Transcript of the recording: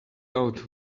out